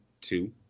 two